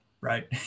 right